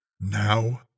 now